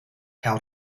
how